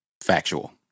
Factual